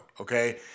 okay